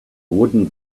wooden